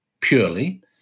purely